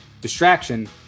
distraction